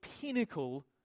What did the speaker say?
pinnacle